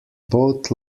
both